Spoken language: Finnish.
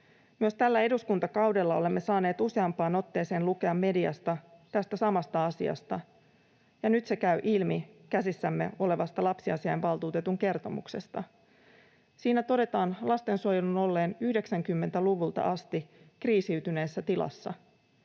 Myös tällä eduskuntakaudella olemme saaneet useampaan otteeseen lukea mediasta tästä samasta asiasta, ja nyt se käy ilmi käsissämme olevasta lapsiasiainvaltuutetun kertomuksesta. Siinä todetaan lastensuojelun olleen 90-luvulta asti kriisiytyneessä tilassa